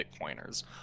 Bitcoiners